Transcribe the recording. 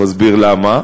תכף אסביר למה.